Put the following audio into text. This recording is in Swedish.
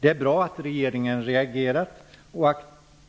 Det är bra att regeringen har reagerat och att